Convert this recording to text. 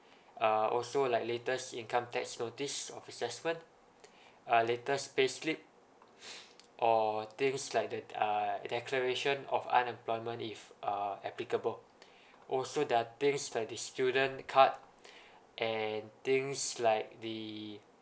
uh also like latest income tax notice of assessment uh latest pay slip or things like the uh declaration of unemployment if uh applicable also there are things like the student card and things like the